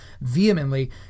vehemently